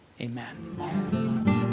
Amen